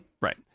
Right